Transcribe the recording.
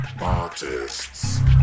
artists